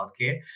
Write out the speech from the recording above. healthcare